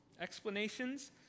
explanations